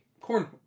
Corn